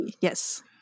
yes